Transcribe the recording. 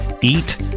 eat